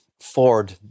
Ford